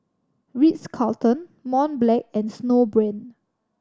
Ritz Carlton Mont Blanc and Snowbrand